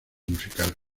musical